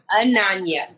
Ananya